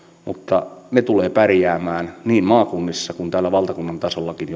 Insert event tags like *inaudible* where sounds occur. mutta he jotka ratkovat näitä ongelmia tulevat pärjäämään niin maakunnissa kuin täällä valtakunnan tasollakin *unintelligible*